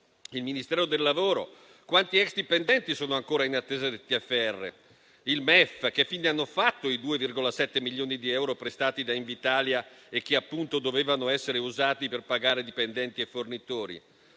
Il Ministero del lavoro: quanti ex dipendenti sono ancora in attesa del TFR? Il MEF: che fine hanno fatto i 2,7 milioni di euro prestati da Invitalia e che appunto dovevano essere usati per pagare dipendenti e fornitori?